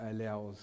allows